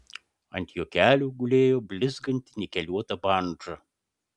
ant jo kelių gulėjo blizganti nikeliuota bandža